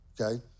okay